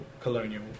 colonial